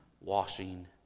washing